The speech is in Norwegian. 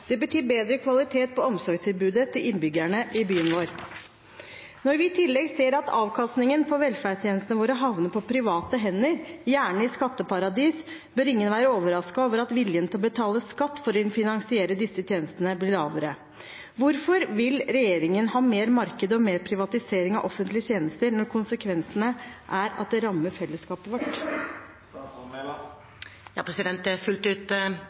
Det betyr bedre kvalitet på omsorgstilbudet til innbyggerne i byen vår. Når vi i tillegg ser at avkastningen av velferdstjenestene våre havner i private hender, gjerne i skatteparadis, bør ingen være overrasket over at viljen til å betale skatt for å finansiere disse tjenestene blir mindre. Hvorfor vil regjeringen ha mer marked og mer privatisering av offentlige tjenester, når konsekvensene er at det rammer fellesskapet vårt? Det er fullt